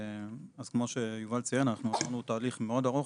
אז כמו שיובל ציין אנחנו עשינו תהליך מאוד ארוך,